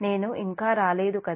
నేను ఇంకా రాలేదు కదా